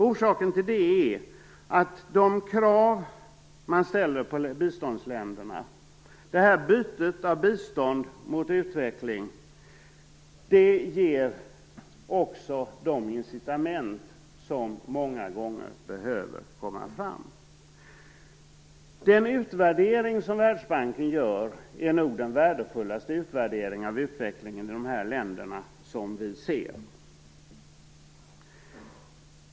Orsaken till det är att de krav man ställer på biståndsländer - bytet av bistånd mot utveckling - ger de incitament som många gånger behöver komma fram. Den utvärdering som Världsbanken gör är nog den värdefullaste utvärdering av utveckling i dessa länder vi ser.